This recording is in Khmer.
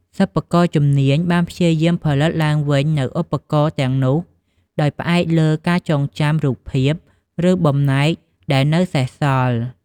សិប្បករជំនាញបានព្យាយាមផលិតឡើងវិញនូវឧបករណ៍ទាំងនោះ ដោយផ្អែកលើការចងចាំ រូបភាព ឬបំណែកដែលនៅសេសសល់។